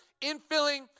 infilling